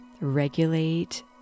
regulate